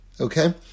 Okay